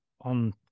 on